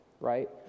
right